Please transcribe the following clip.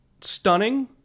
stunning